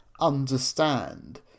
understand